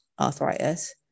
arthritis